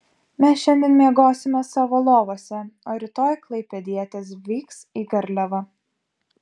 mes šiandien miegosime savo lovose o rytoj klaipėdietės vyks į garliavą